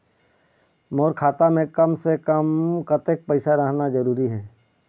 मोर खाता मे कम से से कम कतेक पैसा रहना जरूरी हे?